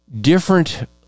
different